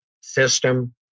system